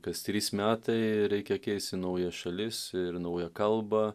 kas trys metai reikia keisti nauja šalis ir naują kalbą